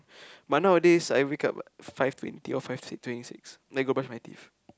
but nowadays I wake up like five twenty or five twenty six then I go brush my teeth